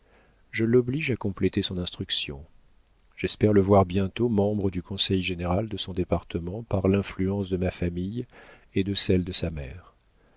je l'oblige à compléter son instruction j'espère le voir bientôt membre du conseil général de son département par l'influence de ma famille et de celle de sa mère